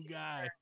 guy